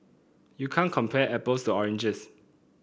you can't compare apples to oranges